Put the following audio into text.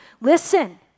Listen